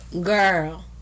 Girl